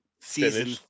Season